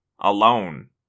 Alone